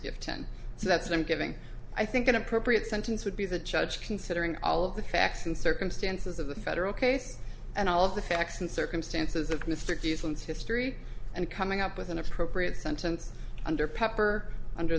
give ten so that's i'm giving i think an appropriate sentence would be the judge considering all of the facts and circumstances of the federal case and all of the facts and circumstances of mr gleason's history and coming up with an appropriate sentence under pepper under